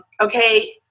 okay